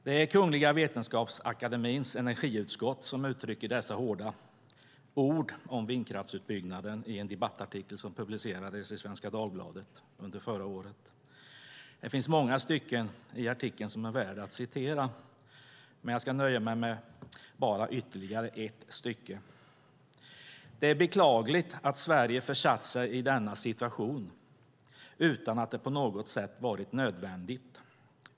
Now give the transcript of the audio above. Det är Kungliga Vetenskapsakademiens energiutskott som uttrycker dessa hårda ord om vindkraftsutbyggnaden i en debattartikel som publicerades i Svenska Dagbladet under förra året. Det finns många stycken i artikeln som är värda att citera, men jag ska nöja mig med bara ytterligare ett stycke. "Det är beklagligt att Sverige försatt sig i denna situation utan att det på något sätt varit nödvändigt.